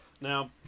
Now